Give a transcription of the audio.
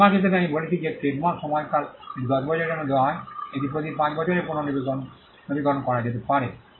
trademark হিসাবে আমি বলেছি যে ট্রেডমার্ক সময়কাল এটি 10 বছরের জন্য দেওয়া হয় এটি প্রতি 5 বছরে পুনর্নবীকরণ করা যেতে পারে